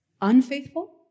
unfaithful